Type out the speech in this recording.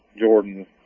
Jordan